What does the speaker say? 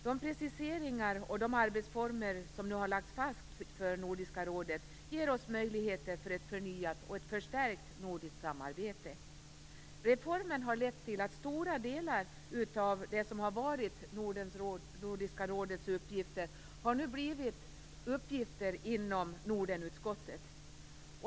De preciseringar och de arbetsformer som nu har lagts fast för Nordiska rådet ger oss möjligheter till ett förnyat och förstärkt nordiskt samarbete. Reformen har lett till att stora delar av det som har varit Nordiska rådets uppgifter nu har blivit uppgifter inom Nordenutskottet.